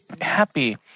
happy